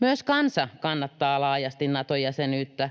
Myös kansa kannattaa laajasti Nato-jäsenyyttä,